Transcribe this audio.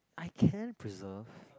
I can't preserve